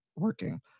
working